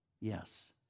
Yes